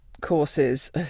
courses